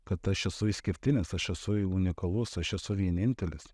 kad aš esu išskirtinis aš esu unikalus aš esu vienintelis